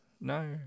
no